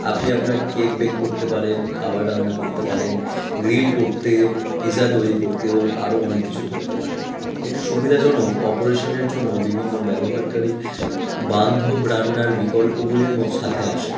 আপনি আপনার cake bake করতে পারেন খাবার রান্না করতে পারেন গ্রিল করতে পিজা তৈরি করতে এবং আরো অনেক কিছু করতে পারেন এটি সুবিধাজনক অপারেশানের জন্য বিভিন্ন ব্যবহারকারী বান্ধব রান্নার বিকল্পগুলির ম সাথে আসে